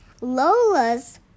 Lola's